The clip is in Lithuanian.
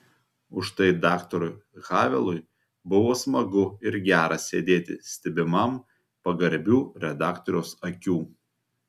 užtai daktarui havelui buvo smagu ir gera sėdėti stebimam pagarbių redaktoriaus akių